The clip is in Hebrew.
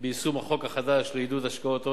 ביישום החוק החדש לעידוד השקעות הון,